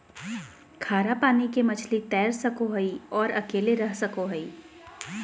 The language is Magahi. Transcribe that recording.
खारा पानी के मछली तैर सको हइ और अकेले रह सको हइ